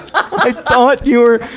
i thought you were,